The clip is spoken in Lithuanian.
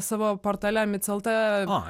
savo portale mic lt